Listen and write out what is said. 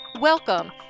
Welcome